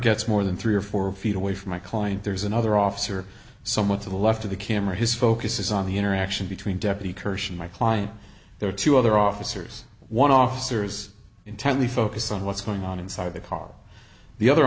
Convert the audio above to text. gets more than three or four feet away from my client there's another officer someone to the left of the camera his focus is on the interaction between deputy corrosion my client there are two other officers one officers intently focused on what's going on inside the car the other